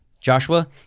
Joshua